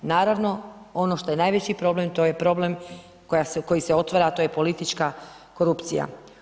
Naravno ono što je najveći problem, to je problem koji otvara a to je politička korupcija.